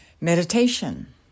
meditation